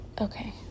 Okay